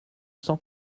cent